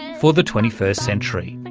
for the twenty first century'.